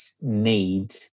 need